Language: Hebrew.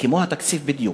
כמו התקציב בדיוק.